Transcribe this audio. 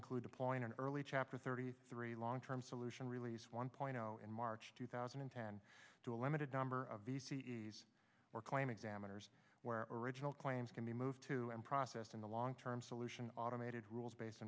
include deploying an early chapter thirty three long term solution release one point zero in march two thousand and ten to a limited number of the c e o s or claim examiners where original claims can be moved to and processed in the long term solution automated rules based